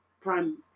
Prime